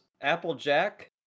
Applejack